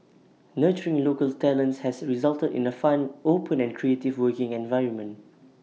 nurturing local talents has resulted in A fun open and creative working environment